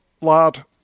lad